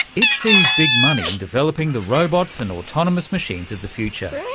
it sees big money in developing the robots and autonomous machines of the future.